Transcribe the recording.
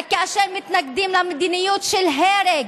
רק כאשר מתנגדים למדיניות של הרג,